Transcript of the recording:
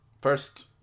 First